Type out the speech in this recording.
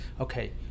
okay